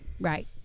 right